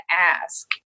ask